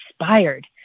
inspired